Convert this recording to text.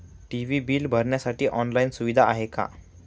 TV bill भरण्यासाठी online सुविधा आहे का?